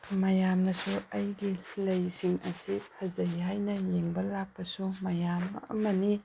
ꯃꯌꯥꯝꯅꯁꯨ ꯑꯩꯒꯤ ꯂꯩꯁꯤꯡ ꯑꯁꯤ ꯐꯖꯩ ꯍꯥꯏꯅ ꯌꯦꯡꯕ ꯂꯥꯛꯄꯁꯨ ꯃꯌꯥꯝ ꯑꯃꯅꯤ